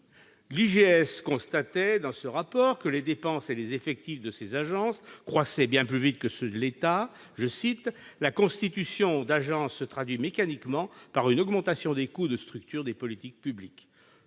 L'IGF constatait alors que les dépenses et les effectifs de ces « agences » croissaient bien plus vite que ceux de l'État. Elle soulignait que « la constitution d'agences se traduit mécaniquement par une augmentation des coûts de structures des politiques publiques »